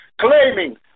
claiming